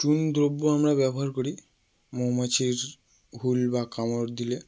চুন দ্রব্য আমরা ব্যবহার করি মৌমাছির হুল বা কামড় দিলে